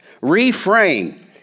Reframe